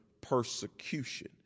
persecution